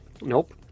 Nope